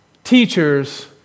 teachers